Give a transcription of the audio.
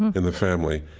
in the family,